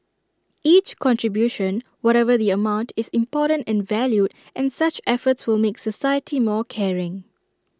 each contribution whatever the amount is important and valued and such efforts will make society more caring